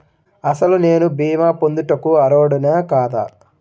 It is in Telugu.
అసలు నేను భీమా పొందుటకు అర్హుడన కాదా?